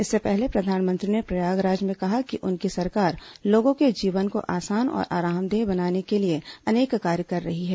इससे पहले प्रधानमंत्री ने प्रयागराज में कहा कि उनकी सरकार लोगों के जीवन को आसान और आरामदेह बनाने के लिए अनेक कार्य कर रही है